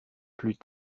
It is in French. plus